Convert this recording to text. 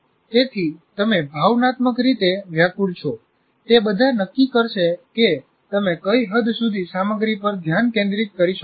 તેથી તમે ભાવનાત્મક રીતે વ્યાકુળ છો તે બધા નક્કી કરશે કે તમે કઈ હદ સુધી સામગ્રી પર ધ્યાન કેન્દ્રિત કરી શકો છો